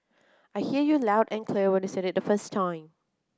I heard you loud and clear when you said it the first time